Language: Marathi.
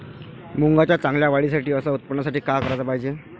मुंगाच्या चांगल्या वाढीसाठी अस उत्पन्नासाठी का कराच पायजे?